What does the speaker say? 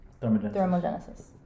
thermogenesis